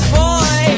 boy